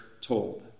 told